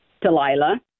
Delilah